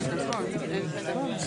שלום לחבריי, חברי הכנסת.